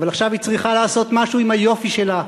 אבל עכשיו היא צריכה לעשות משהו עם היופי שלה,